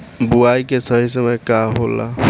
बुआई के सही समय का होला?